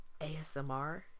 ASMR